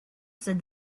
said